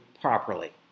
properly